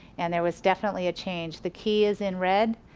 and there was definitely a change. the key is in red,